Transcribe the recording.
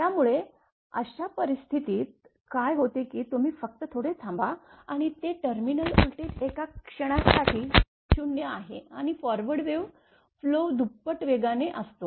त्यामुळे अशा परिस्थितीत काय होते की तुम्ही फक्त थोडे थांबा आणि ते टर्मिनल व्होल्टेज एका क्षणा साठी 0 आहे आणि फॉरवर्ड वेव्ह फ्लो दुप्पट वेगवान असतो